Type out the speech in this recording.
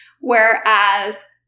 whereas